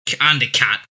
undercut